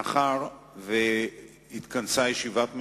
מאחר שהתכנסה ישיבת ממשלה,